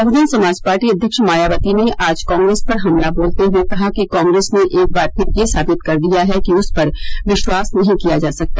बहुजन Samaj Party अध्यक्ष मायावती ने आज कांग्रेस पर हमला बोलते हुए कहा कि कांग्रेस ने एक बार फिर यह साबित कर दिया है कि उसपर विश्वास नहीं किया जा सकता